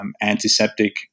antiseptic